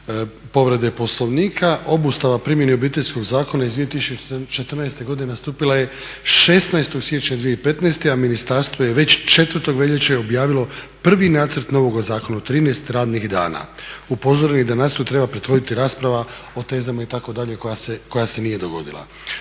povrede Poslovnika. Obustava primjene Obiteljskog zakona iz 2014. godine nastupila je 16. siječnja 2015., a ministarstvo je već 4. veljače objavilo prvi nacrt novog zakona u 13 radnih dana. Upozoreni …/Govornik se ne razumije./… rasprava o tezama itd. koja se nije dogodila.